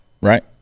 Right